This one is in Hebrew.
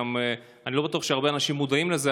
ואני גם לא בטוח שהרבה אנשים מודעים לזה,